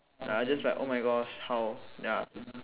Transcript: I just like oh my gosh how ya